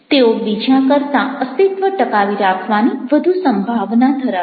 તેઓ બીજા કરતાં અસ્તિત્વ ટકાવી રાખવાની વધુ સંભાવના ધરાવે છે